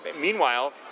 Meanwhile